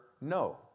no